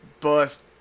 Bust